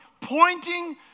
pointing